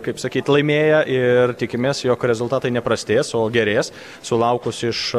kaip sakyti laimėję ir tikimės jog rezultatai neprastės o gerės sulaukus iš